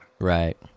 right